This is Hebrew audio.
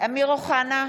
אמיר אוחנה,